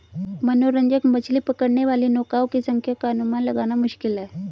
मनोरंजक मछली पकड़ने वाली नौकाओं की संख्या का अनुमान लगाना मुश्किल है